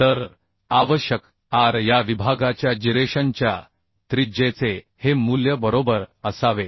तर आवश्यक R या विभागाच्या जिरेशनच्या त्रिज्येचे हे मूल्य बरोबर असावे